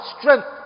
strength